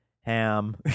Ham